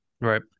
Right